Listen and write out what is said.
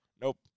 Nope